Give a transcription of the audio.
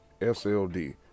SLD